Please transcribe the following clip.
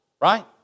Right